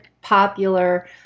popular